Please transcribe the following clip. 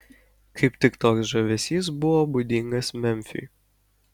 kaip tik toks žavesys buvo būdingas memfiui